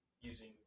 using